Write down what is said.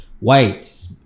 whites